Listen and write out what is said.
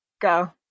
go